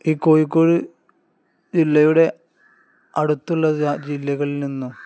ഈ കോഴിക്കോട് ജില്ലയുടെ അടുത്തുള്ള ജില്ലകളിൽ നിന്ന്